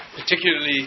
particularly